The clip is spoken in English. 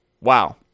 wow